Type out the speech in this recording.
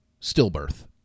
stillbirth